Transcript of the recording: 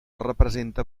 representa